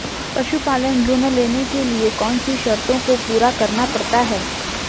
पशुपालन ऋण लेने के लिए कौन सी शर्तों को पूरा करना पड़ता है?